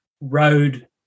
road